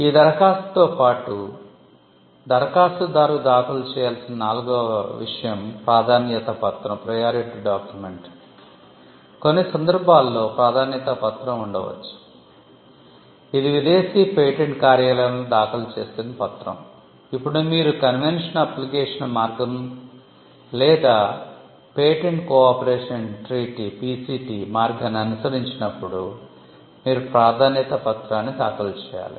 ఈ దరఖాస్తుతో పాటు దరఖాస్తుదారు దాఖలు చేయాల్సిన నాల్గవ విషయం ప్రాధాన్యత పత్రం మార్గాన్ని అనుసరించినప్పుడు మీరు ప్రాధాన్యత పత్రాన్ని దాఖలు చేయాలి